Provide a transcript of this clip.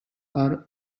are